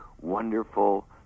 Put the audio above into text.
wonderful